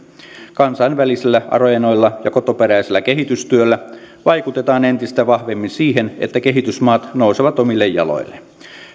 kansainvälisillä areenoilla ja kotoperäisellä kehitystyöllä vaikutetaan entistä vahvemmin siihen että kehitysmaat nousevat omille jaloilleen